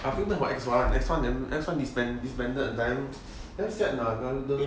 I don't know about X one X one damn X one disbanded then damn sad lah the the